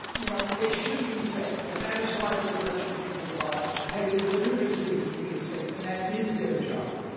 you know, they should be safe, and that is why the correction people, bob, t ell you that they're interest ed in keeping it safe and that is their job.